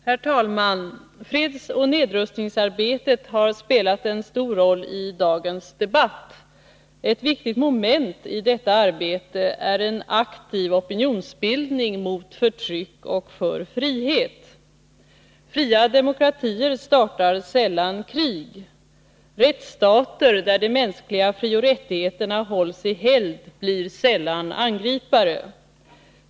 Herr talman! Fredsoch nedrustningsarbetet har spelat en stor rolli dagens debatt. Ett viktigt moment i detta arbete är en aktiv opinionsbildning mot förtryck och för frihet. Fria demokratier startar sällan krig. Rättsstater, där de mänskliga frioch rättigheterna hålls i helgd, blir sällan angripare.